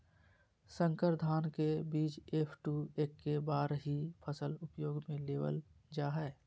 संकर धान के बीज एफ.टू एक्के बार ही फसल उपयोग में लेवल जा हइ